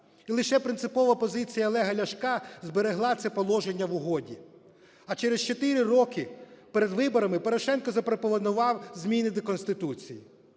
І лише принципова позиція Олега Ляшка зберегла це положення в угоді. А через 4 роки, перед виборами, Порошенко запропонував зміни до Конституції.